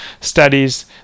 studies